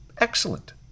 Excellent